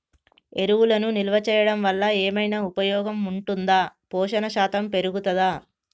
ఎరువులను నిల్వ చేయడం వల్ల ఏమైనా ఉపయోగం ఉంటుందా పోషణ శాతం పెరుగుతదా?